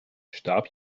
starb